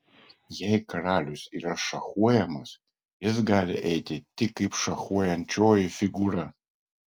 jei karalius yra šachuojamas jis gali eiti tik kaip šachuojančioji figūra